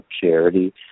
charity